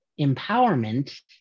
empowerment